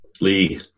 Lee